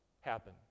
happen